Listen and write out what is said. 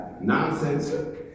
nonsense